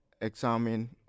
examine